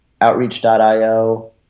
Outreach.io